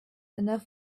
enough